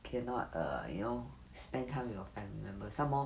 cannot err you know spend time with your family members some more